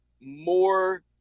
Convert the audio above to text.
more